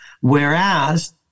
Whereas